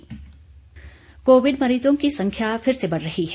Covid संदेश covid मरीजों की संख्या फिर से बढ़ रही है